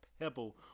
pebble